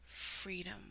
freedom